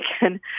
again